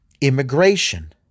Immigration